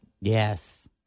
Yes